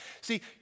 See